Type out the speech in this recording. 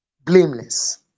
blameless